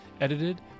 Edited